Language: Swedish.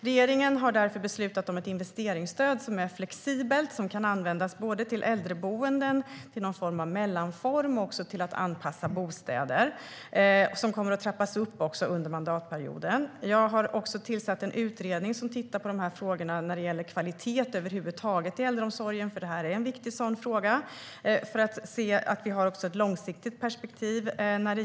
Regeringen har därför beslutat om ett investeringsstöd som är flexibelt och som kan användas till äldreboende, till någon typ av mellanform eller till att anpassa bostäder. Stödet kommer att trappas upp under mandatperioden. Jag har också tillsatt en utredning som tittar på de här frågorna när det gäller kvalitet över huvud taget inom äldreomsorgen - detta är en viktig sådan fråga - för att se till att vi har ett långsiktigt perspektiv där.